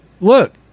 look